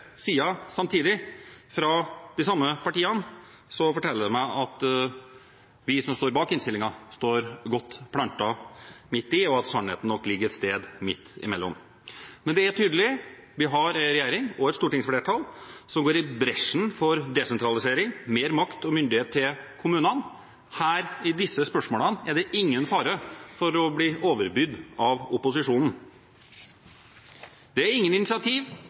sider samtidig, fra de samme partiene, forteller det meg at vi som står bak innstillingen, står godt plantet midt i, og at sannheten nok ligger et sted midt imellom. Men det er tydelig at vi har en regjering og et stortingsflertall som går i bresjen for desentralisering, mer makt og myndighet til kommunene. Her, i disse spørsmålene, er det ingen fare for å bli overbydd av opposisjonen. Det er ingen